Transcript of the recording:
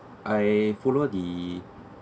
I follow the